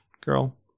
girl